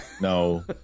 No